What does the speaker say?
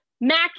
Mac